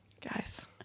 guys